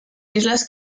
islas